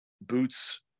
boots